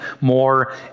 more